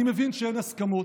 אני מבין שאין הסכמות,